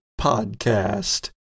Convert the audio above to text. Podcast